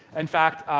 in fact,